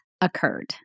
occurred